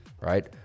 right